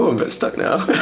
ah bit stuck now.